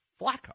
Flacco